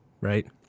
Right